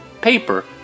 paper